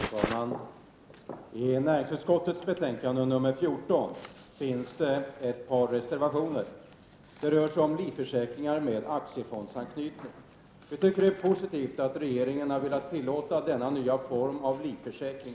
Fru talman! I näringsutskottets betänkande nr 14 finns ett par reservationer som handlar om livförsäkringar med aktiefondsanknytning. Vi tycker det är positivt att regeringen har velat tillåta denna nya form av livförsäkring.